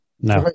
No